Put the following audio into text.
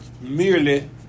merely